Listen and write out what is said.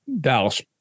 Dallas